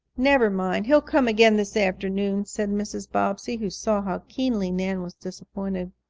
never mind, he'll come again this afternoon, said mrs. bobbsey, who saw how keenly nan was disappointed.